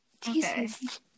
Jesus